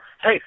hey